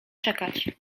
czekać